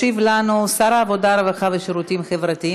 ישיב לנו שר העבודה, הרווחה והשירותים החברתיים.